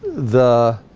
the